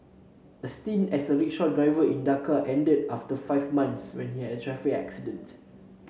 a stint as a rickshaw driver in Dhaka ended after five months when he had a traffic accident